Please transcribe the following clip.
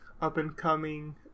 up-and-coming